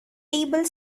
table